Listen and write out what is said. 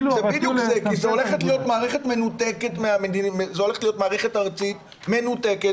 זאת הולכת להיות מערכת ארצית מנותקת.